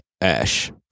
Ash